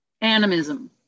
animism